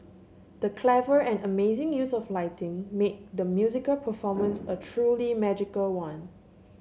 the clever and amazing use of lighting made the musical performance a truly magical one